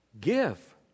Give